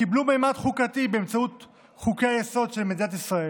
קיבלו ממד חוקתי באמצעות חוקי-יסוד של מדינת ישראל.